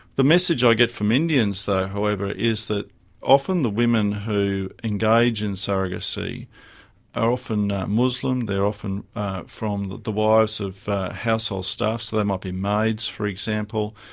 the message i get from indians, though, however, is that often the women who engage in surrogacy are often muslim, they're often from the wives of household staff, so they might be maids, for example,